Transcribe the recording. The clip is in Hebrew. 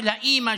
של האימא,